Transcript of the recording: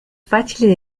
facile